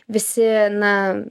visi na